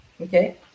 Okay